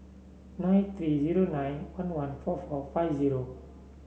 nine three zero nine one one four four five zero